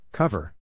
cover